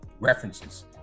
references